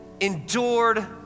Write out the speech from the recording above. endured